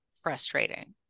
frustrating